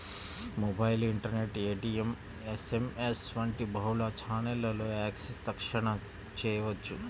mobile, internet, ATM, SMS వంటి బహుళ ఛానెల్లలో యాక్సెస్ తక్షణ చేయవచ్చు